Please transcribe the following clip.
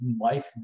life